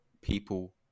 people